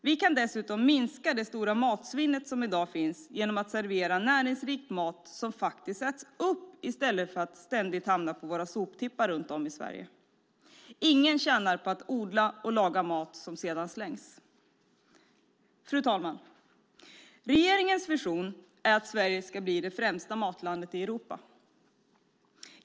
Vi kan dessutom minska det stora matsvinnet som i dag finns genom att servera näringsrik mat som faktiskt äts upp i stället för att ständigt hamna på våra soptippar runt om i Sverige. Ingen tjänar på att odla och laga mat som sedan slängs. Fru talman! Regeringens vision är att Sverige ska bli det främsta matlandet i Europa.